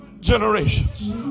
generations